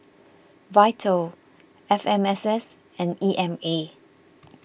Vital F M S S and E M A